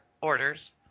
orders